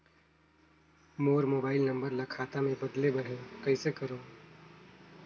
मोर mobile number ल खाता मे बदले बर हे कइसे करव?